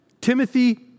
Timothy